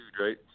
right